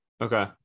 Okay